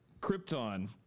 Krypton